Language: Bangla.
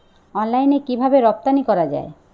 অনলাইনে কিভাবে রপ্তানি করা যায়?